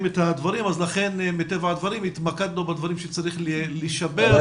את הדברים ולכן התמקדנו בדברים שצריך לשפר.